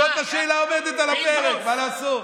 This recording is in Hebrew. זו השאלה העומדת על הפרק, מה לעשות?